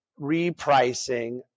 repricing